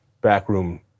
backroom